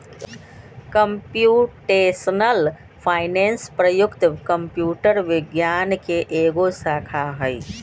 computational finance प्रयुक्त computer विज्ञान के एगो शाखा हइ